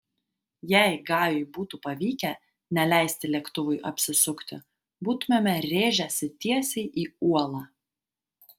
jei gajui būtų pavykę neleisti lėktuvui apsisukti būtumėme rėžęsi tiesiai į uolą